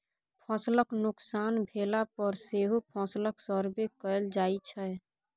फसलक नोकसान भेला पर सेहो फसलक सर्वे कएल जाइ छै